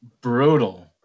Brutal